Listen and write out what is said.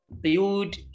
build